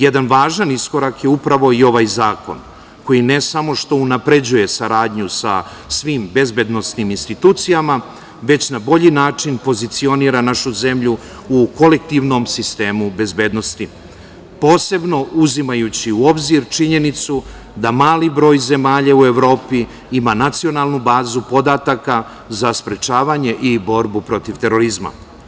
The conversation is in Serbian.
Jedan važan iskorak je upravo i ovaj zakon, koji ne samo što unapređuje saradnju sa svim bezbednosnim institucijama, već na bolji način pozicionira našu zemlju u kolektivnom sistemu bezbednosti, posebno uzimajući u obzir činjenicu da mali broj zemalja u Evropi ima nacionalnu bazu podataka za sprečavanje i borbu protiv terorizma.